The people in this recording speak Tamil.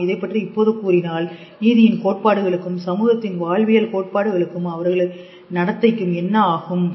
நாம் இதைப்பற்றி இப்போது கூறினால் நீதியின் கோட்பாடுகளுக்கும் சமூகத்தின் வாழ்வியல் கோட்பாடுகளும் அவர்களின் நடத்தைக்கும் என்ன ஆகும்